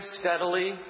steadily